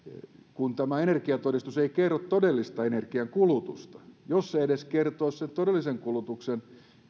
kun tämä energiatodistus ei kerro todellista energiankulutusta jos se edes kertoisi sen todellisen kulutuksen